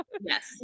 yes